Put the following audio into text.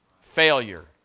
Failure